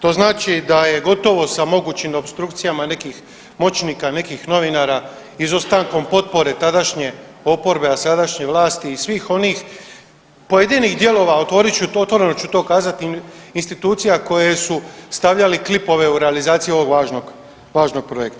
To znači da je gotovo sa mogućim opstrukcijama nekih moćnika, nekih novinara izostankom potpore tadašnje oporbe, a sadašnje vlasti i svih onih pojedinih dijelova otvoreno ću to kazat institucija koje su stavljali klipove u realizaciji ovog važnog projekta.